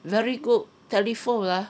very good telephone ah